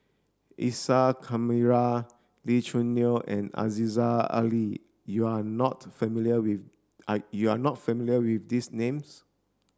Isa Kamari Lee Choo Neo and Aziza Ali you are not familiar with are you are not familiar with these names